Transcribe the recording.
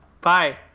Bye